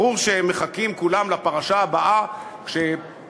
ברור שהם מחכים כולם לפרשה הבאה שתתנהל,